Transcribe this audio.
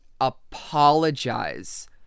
apologize